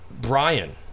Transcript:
Brian